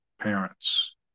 parents